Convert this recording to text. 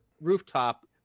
rooftop